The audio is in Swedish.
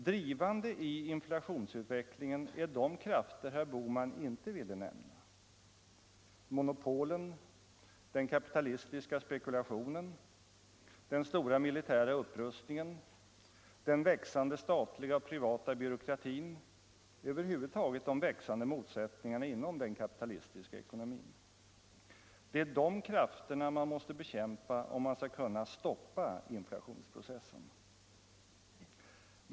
Drivande i inflationsutvecklingen är de krafter som herr Bohman inte ville nämna: monopolen, den kapitalistiska spekulationen, den stora militära upprustningen, den växande statliga och privata byråkratin, över huvud taget de växande motsättningarna inom den kapitalistiska ekonomin. Det är de krafterna man måste bekämpa, om man skall kunna stoppa inflationsprocessen.